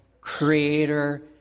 creator